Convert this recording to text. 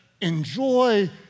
enjoy